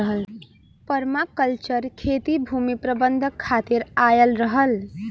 permaculture खेती भूमि प्रबंधन खातिर आयल रहल